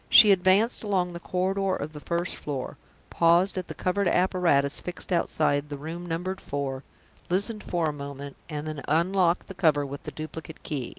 she advanced along the corridor of the first floor paused at the covered apparatus fixed outside the room numbered four listened for a moment and then unlocked the cover with the duplicate key.